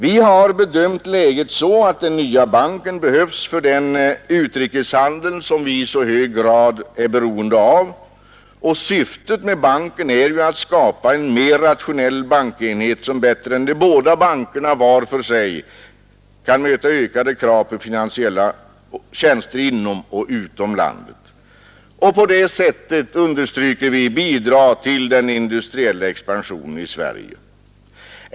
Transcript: Vi har bedömt läget så, att den nya banken behövs för den utrikeshandel som vi i så hög grad är beroende av, och syftet med sammanslagningen är ju att skapa en mer rationell bankenhet som bättre än de båda bankerna var för sig kan möta ökade krav på finansiella tjänster inom och utom landet. På det sättet, understryker vi, bidrar man till den industriella expansionen i Sverige.